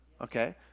okay